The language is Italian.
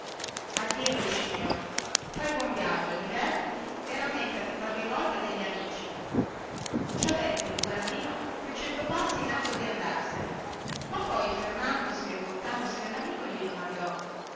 addio lucignolo fai buon viaggio divertiti e rammentati qualche volta degli amici ciò detto il burattino fece due passi in atto di andarsene ma poi fermandosi e voltandosi allamico gli domandò